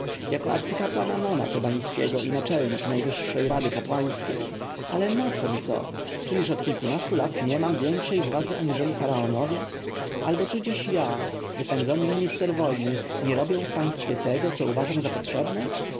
jako arcykapłan amona tebańskiego i naczelnik najwyższej rady kapłańskiej ale naco mi to czyliż od kilkunastu lat nie mam większej władzy aniżeli faraonowie albo czy dziś ja wypędzony minister wojny nie robię w państwie tego co uważam za potrzebne